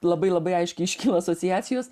labai labai aiškiai iškilo asociacijos